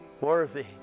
Worthy